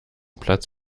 platz